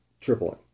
tripling